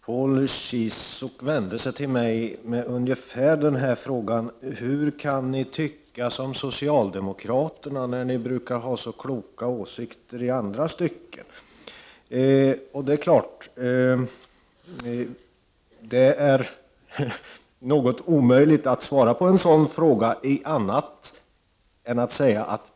Herr talman! Paul Ciszuk vände sig till mig med en fråga som ungefär löd: Hur kan ni tycka som socialdemokraterna, när ni i andra stycken brukar ha så kloka åsikter? Det är i det närmaste omöjligt att svara på en sådan fråga.